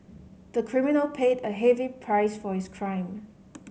the criminal paid a heavy price for his crime